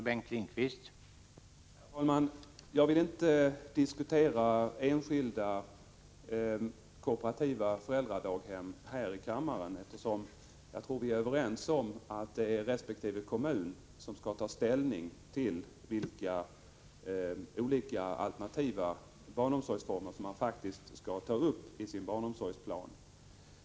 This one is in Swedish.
Herr talman! Jag vill inte diskutera enskilda kooperativa föräldradaghem här i kammaren, eftersom jag tror att vi är överens om att det är resp. kommun som skall ta ställning till vilka olika alternativa barnomsorgsformer som man faktiskt skall ta upp i sin barnomsorgsplan.